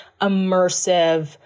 immersive